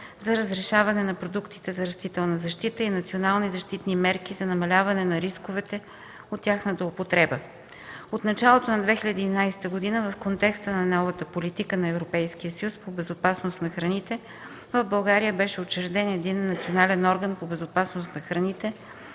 за разрешаване на продуктите за растителна защита и национални защитни мерки за намаляване на рисковете от тяхната употребата; от началото на 2011 г. в контекста на новата политика на Европейския съюз по безопасност на храните в България беше учреден единен национален орган по безопасност на храните